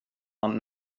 man